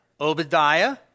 Obadiah